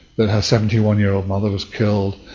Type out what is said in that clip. that her seventy one year old mother was killed,